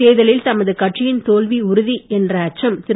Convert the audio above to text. தேர்தலில் தமது கட்சியின் தோல்வி உறுதி என்ற அச்சம் திரு